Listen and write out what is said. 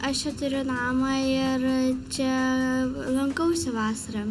aš čia turiu namą ir čia lankausi vasarą